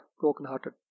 broken-hearted